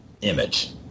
Image